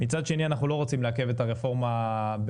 מצד שני אנחנו לא רוצים לעכב את הרפורמה בגלל